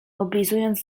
oblizując